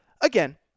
Again